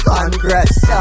Congress